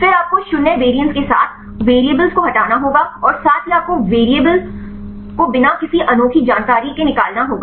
फिर आपको 0 वरिएंस के साथ वैरिएबल्स को हटाना होगा और साथ ही आपको वैरिएबल को बिना किसी अनोखी जानकारी के निकालना होगा